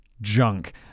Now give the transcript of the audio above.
junk